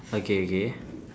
okay okay